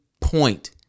point